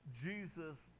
Jesus